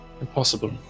impossible